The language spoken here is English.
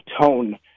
tone